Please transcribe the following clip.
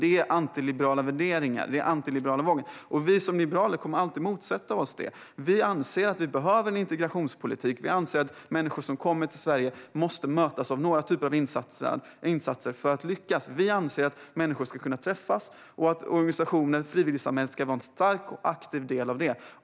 Det är antiliberala värderingar. Det är den antiliberala vågen. Vi liberaler kommer alltid att motsätta oss det. Vi anser att vi behöver en integrationspolitik. Vi anser att människor som kommer till Sverige måste mötas av någon typ av insatser för att lyckas. Vi anser att människor ska kunna träffas och att organisationer i frivilligsamhället ska vara en stark och aktiv del av det.